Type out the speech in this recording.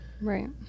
Right